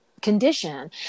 condition